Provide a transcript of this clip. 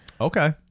Okay